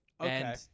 okay